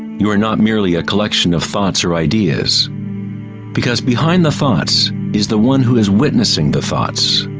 you are not merely a collection of thoughts or ideas because behind the thoughts is the one who is witnessing the thoughts.